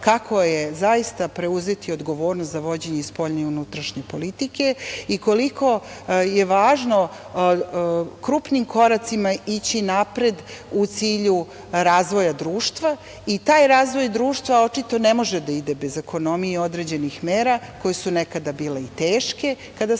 kako je zaista preuzeti odgovornost za vođenje spoljne i unutrašnje politike i koliko je važno krupnim koracima ići napred, u cilju razvoja društva. Taj razvoj društva očito ne može da ide bez ekonomije i određenih mera koje su nekada bile i teške kada smo